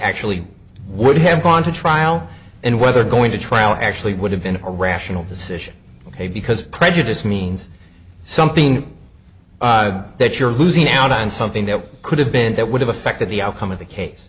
actually would have gone to trial and whether going to trial actually would have been a rational decision ok because prejudice means something that you're losing out on something that could have been that would have affected the outcome of the case